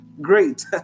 great